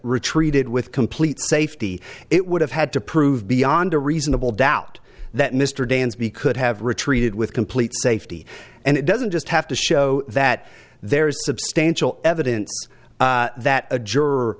retreated with complete safety it would have had to prove beyond a reasonable doubt that mr dansby could have retreated with complete safety and it doesn't just have to show that there is substantial evidence that a juror